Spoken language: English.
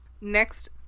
Next